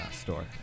store